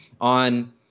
on